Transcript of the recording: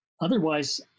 Otherwise